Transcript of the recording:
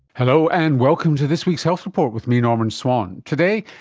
hello, and welcome to this week's health report with me, norman swan. today,